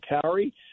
carry